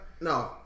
No